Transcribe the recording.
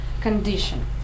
condition